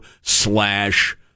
slash